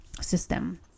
system